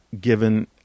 given